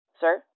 sir